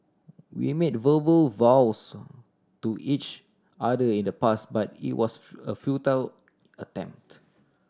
we made verbal vows to each other in the past but it was a futile attempt